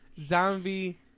zombie